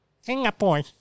Singapore